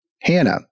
Hannah